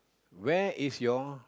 where is your